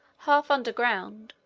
half under ground,